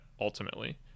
ultimately